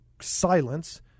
silence